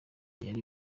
yari